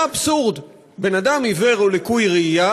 היה אבסורד: בן-אדם עיוור או לקוי ראייה